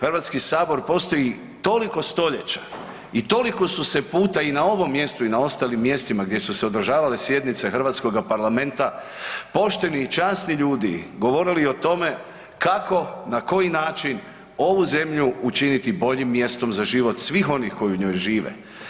HS postoji toliko stoljeća i toliko su se puta i na ovom mjestu i na ostalim mjestima gdje su se održavale sjednice hrvatskoga parlamenta pošteni i časni ljudi govorili o tome kako, na koji način ovu zemlju učiniti boljim mjestom za život svih onih koji u njoj žive.